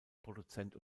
produzent